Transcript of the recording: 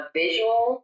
visual